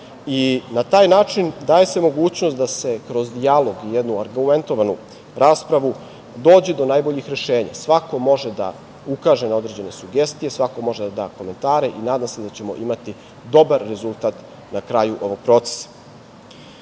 taj način daje se mogućnost da se kroz dijalog i jednu argumentovanu raspravu dođe do najboljih rešenja. Svako može da ukaže na određene sugestije, svako može da da komentare i nadam se da ćemo imati dobar rezultat na kraju ovog procesa. Moram